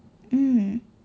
mm